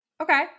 Okay